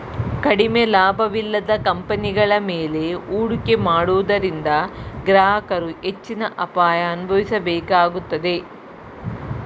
ಕಡಿಮೆ ಲಾಭವಿಲ್ಲದ ಕಂಪನಿಗಳ ಮೇಲೆ ಹೂಡಿಕೆ ಮಾಡುವುದರಿಂದ ಗ್ರಾಹಕರು ಹೆಚ್ಚಿನ ಅಪಾಯ ಅನುಭವಿಸಬೇಕಾಗುತ್ತದೆ